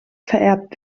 vererbt